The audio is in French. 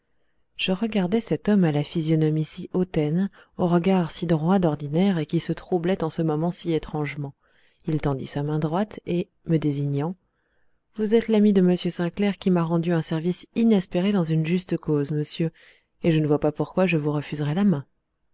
je regardai cet homme à la physionomie si hautaine au regard si droit d'ordinaire et qui se troublait en ce moment si étrangement il tendit sa main droite et me désignant vous êtes l'ami de m sainclair qui m'a rendu un grand service inespéré dans une juste cause monsieur et je ne vois pas pourquoi je vous refuserais la main